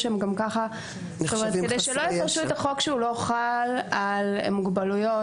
כדי שלא יפרשו את החוק כמי שלא חל על מוגבלויות.